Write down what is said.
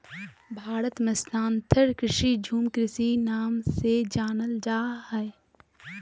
भारत मे स्थानांतरण कृषि, झूम कृषि के नाम से जानल जा हय